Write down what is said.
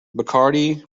bacardi